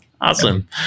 Awesome